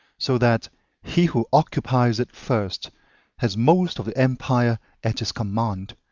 so that he who occupies it first has most of the empire at his command,